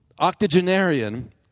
octogenarian